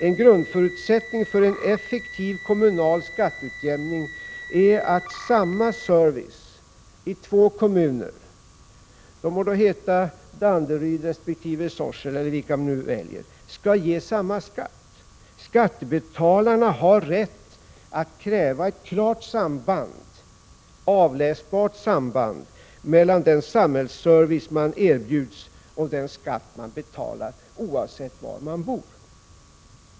En grundförutsättning för en effektiv kommunal skatteutjämning är att samma service i två kommuner — det må vara Danderyd och Sorsele eller andra kommuner -— skall ge samma skatt. Skattebetalarna har rätt att kräva ett klart, avläsbart samband mellan den samhällsservice de erbjuds och den skatt de betalar, oavsett var de bor.